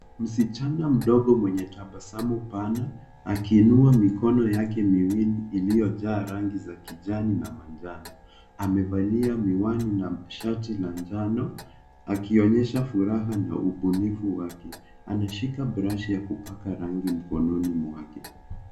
Msichana mdogo mwenye tabasamu pana akiinua mikono yake miwili iliyojaa rangi za kijani na manjano, amevalia miwani na shati la njano akionyesha furaha na ubunifu wake. Anashika brashi ya kupaka rangi mkononi mwake.